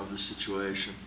of the situation